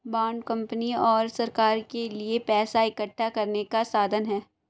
bond company और सरकार के लिए पैसा इकठ्ठा करने का साधन है